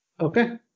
Okay